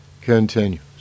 continues